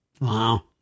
Wow